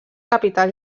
capità